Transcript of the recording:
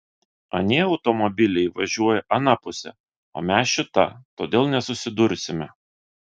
anie automobiliai važiuoja ana puse o mes šita todėl nesusidursime